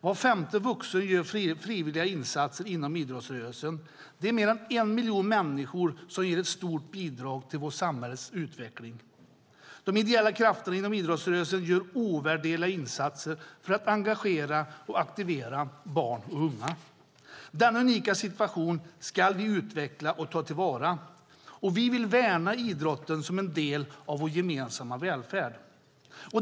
Var femte vuxen gör frivilliga insatser inom idrottsrörelsen. Det är mer än en miljon människor som ger ett stort bidrag till vårt samhälles utveckling. De ideella krafterna inom idrottsrörelsen gör ovärderliga insatser för att engagera och aktivera barn och unga. Denna unika situation ska vi utveckla och ta till vara. Vi vill värna idrotten som en del av vår gemensamma välfärd.